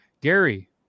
Gary